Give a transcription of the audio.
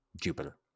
Jupiter